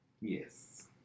Yes